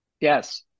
Yes